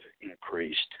increased